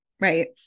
right